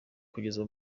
bageze